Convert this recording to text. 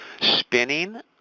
spinning